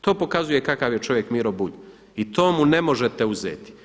To pokazuje kakav je čovjek Miro Bulj i to mu ne možete uzeti.